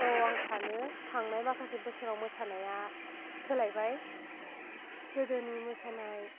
औ आं सानो थांनाय माखासे बोसोराव मोसानाया सोलायबाय गोदोनि मोसानाय